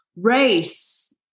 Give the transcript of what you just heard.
race